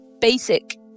basic